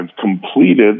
completed